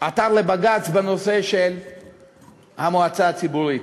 עתר לבג"ץ בנושא המועצה הציבורית.